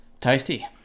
Tasty